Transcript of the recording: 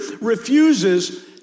refuses